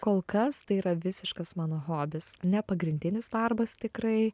kol kas tai yra visiškas mano hobis ne pagrindinis darbas tikrai